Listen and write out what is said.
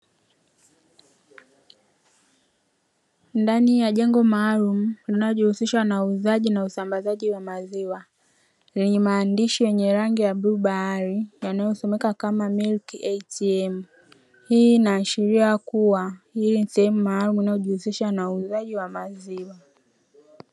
Ndani ya jengo maalumu linalojihusisha na uuzaji na usambazaji wa maziwa, lenye maandishi yenye rangi ya bluu bahari yanayosomeka kama “milk ATM” hii inaashiria kuwa hii ni sehemu maalumu inayohusisha na uuzaji wa maziwa.